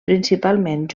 principalment